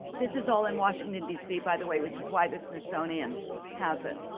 this is all in washington dc by the way, which is why the smithsonian has it,